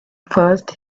first